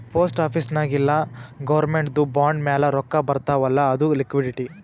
post office ನಾಗ್ ಇಲ್ಲ ಗೌರ್ಮೆಂಟ್ದು ಬಾಂಡ್ ಮ್ಯಾಲ ರೊಕ್ಕಾ ಬರ್ತಾವ್ ಅಲ್ಲ ಅದು ಲಿಕ್ವಿಡಿಟಿ